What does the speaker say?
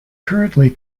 currently